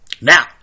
Now